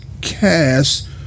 cast